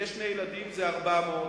אם יש שני ילדים זה 400 שקלים.